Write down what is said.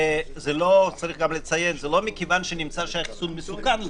וזה לא כיוון שנמצא שהחיסון מסוכן להם,